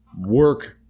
work